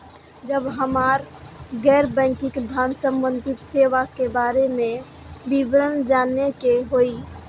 जब हमरा गैर बैंकिंग धान संबंधी सेवा के बारे में विवरण जानय के होय?